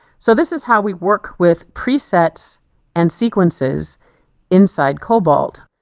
so this is how we work with presets and sequences inside cobalt.